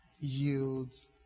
yields